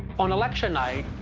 on election night,